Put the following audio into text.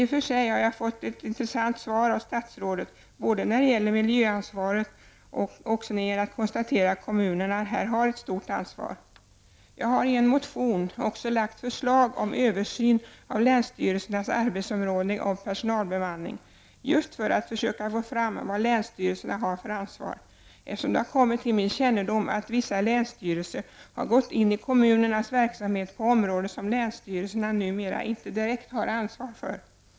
I och för sig har jag fått ett intressant svar av statsrådet när det gäller miljöansvaret och kan konstatera att kommunerna här har ett stort ansvar. Jag har också i en motion lagt fram förslag om en översyn av länsstyrelsernas arbetsområde och personalbemanning just för att försöka få fram vad länsstyrelserna har för ansvar, eftersom det har kommit till min kännedom att vissa länsstyelser har gått in i kommunernas verksamheter på områden som länsstyrelserna numera inte direkt har ansvar för.